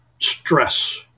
stress